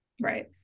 right